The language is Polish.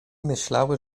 myślały